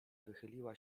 wychyliła